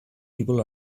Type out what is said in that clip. people